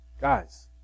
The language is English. Guys